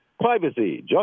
Privacy